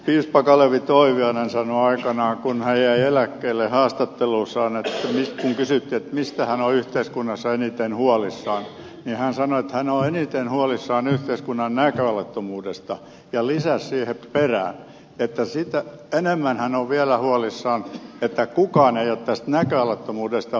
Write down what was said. piispa kalevi toiviainen sanoi aikoinaan kun hän jäi eläkkeelle haastattelussa kun kysyttiin mistä hän on yhteiskunnassa eniten huolissaan että hän on eniten huolissaan yhteiskunnan näköalattomuudesta ja lisäsi siihen perään että vielä enemmän hän on huolissaan siitä että kukaan ei ole tästä näköalattomuudesta huolissaan